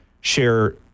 share